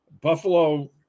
Buffalo